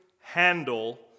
handle